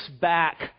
back